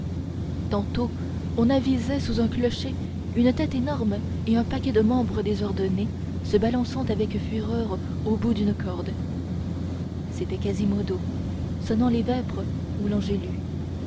tantôt on avisait sous un clocher une tête énorme et un paquet de membres désordonnés se balançant avec fureur au bout d'une corde c'était quasimodo sonnant les vêpres ou